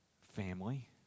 family